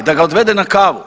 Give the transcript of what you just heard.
Da ga odvede na kavu?